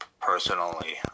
personally